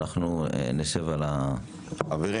אנחנו נשב על --- חברים,